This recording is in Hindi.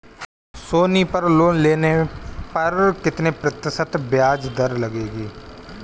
सोनी पर लोन लेने पर कितने प्रतिशत ब्याज दर लगेगी?